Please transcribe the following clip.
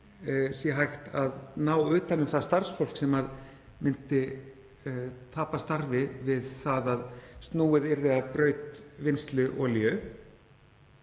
sé hægt að ná utan um það starfsfólk sem myndi tapa starfi við það að snúið yrði af braut vinnslu olíu.